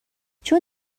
چون